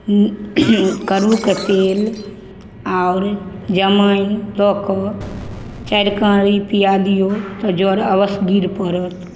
कड़ूके तेल आउर जमाइन दऽ कऽ चारि काँड़ि पिआ दिऔ तऽ जर अवश्य गिर पड़त